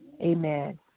Amen